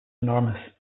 enormous